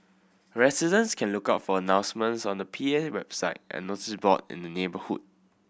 residents can look out for announcements on the P A website and notice board in the neighbourhood